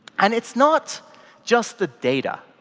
and it's not just the data.